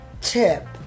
tip